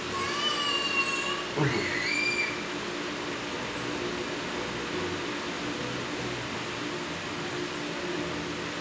mmhmm